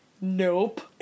Nope